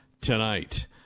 tonight